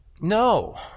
No